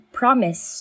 promise